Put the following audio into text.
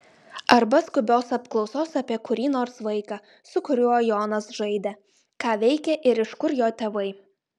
arba skubios apklausos apie kurį nors vaiką su kuriuo jonas žaidė ką veikia ir iš kur jo tėvai